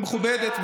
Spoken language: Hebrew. והמכובדת,